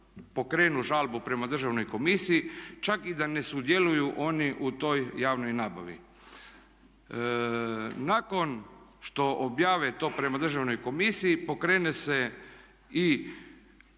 pokrenu žalbu prema Državnoj komisiji, čak i da ne sudjeluju oni u toj javnoj nabavi. Nakon što objave to prema Državnoj komisiji pokrene se i